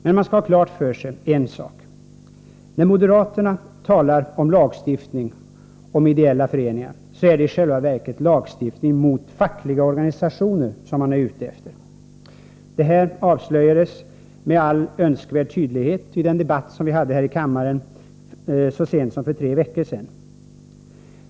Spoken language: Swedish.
Men man skall ha klart för sig en sak: När moderaterna talar om lagstiftning och om ideella föreningar, så är det i själva verket lagstiftning mot fackliga organisationer som man är ute efter. Detta avslöjades med all Önskvärd tydlighet i den debatt som vi hade här i kammaren så sent som för tre veckor sedan.